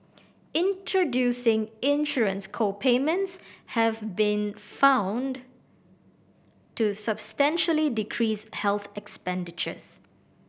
introducing insurance co payments have been found to substantially decrease health expenditures